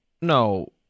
no